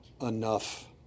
enough